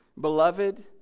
beloved